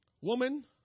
Woman